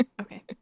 Okay